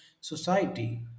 society